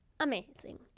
amazing